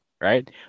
right